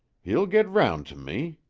he'll get round to me.